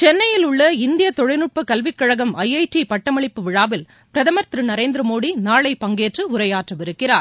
சென்னையிலுள்ள இந்திய தொழில்நுட்ப கல்விக்கழகம் ஐ ஐ டி பட்டமளிப்பு விழாவில் பிரதமர் திரு நரேந்திரமோடி நாளை பங்கேற்று உரையாற்றவிருக்கிறார்